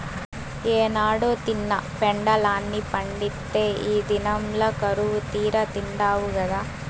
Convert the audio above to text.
ఏనాడో తిన్న పెండలాన్ని పండిత్తే ఈ దినంల కరువుతీరా తిండావు గదా